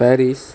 Paris